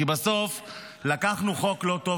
כי בסוף לקחנו חוק לא טוב,